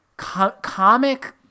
Comic